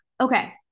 Okay